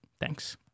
Thanks